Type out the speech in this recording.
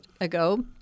ago